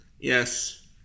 Yes